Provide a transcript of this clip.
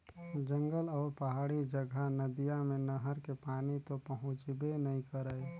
जंगल अउ पहाड़ी जघा नदिया मे नहर के पानी तो पहुंचबे नइ करय